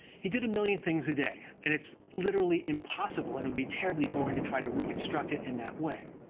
he did a million things a day. and it's literally impossible and would be terribly boring to try to reconstruct it in that way.